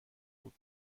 بود